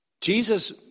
Jesus